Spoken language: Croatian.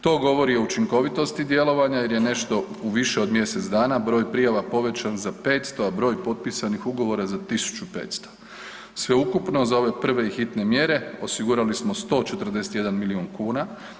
To govori o učinkovitosti djelovanja jer je nešto u više od mjesec dana broj prijava povećan za 500, a broj potpisanih ugovora za 1500 sveukupno za ove prve i hitne mjere osigurali smo 141 milijun kuna.